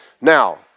Now